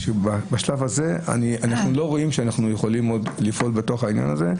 בשלב הזה אנחנו לא רואים שאנחנו יכולים לפעול בעניין הזה.